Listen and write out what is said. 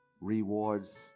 rewards